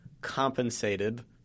compensated